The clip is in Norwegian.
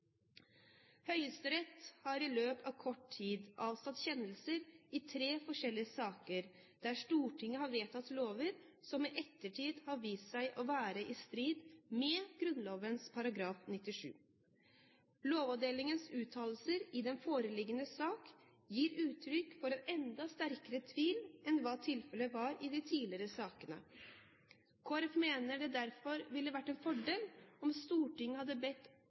Høyesterett har i løpet av kort tid avsagt kjennelser i tre forskjellige saker der Stortinget har vedtatt lover som i ettertid har vist seg å være i strid med Grunnloven § 97. Lovavdelingens uttalelser i den foreliggende sak gir uttrykk for en enda sterkere tvil enn hva tilfellet var i de tidligere sakene. Kristelig Folkeparti mener at det derfor ville vært en fordel om Stortinget hadde bedt om